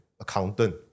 accountant